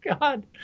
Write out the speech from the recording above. God